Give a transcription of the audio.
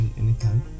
anytime